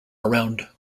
around